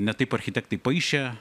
ne taip architektai paišė